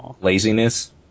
laziness